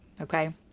okay